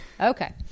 Okay